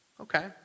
Okay